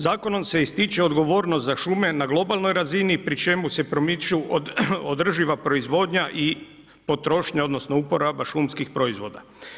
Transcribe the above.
Zakonom se ističe odgovornost za šume na globalnoj razini pri čemu se promiču održiva proizvodnja i potrošnja, odnosno uporaba šumskih proizvoda.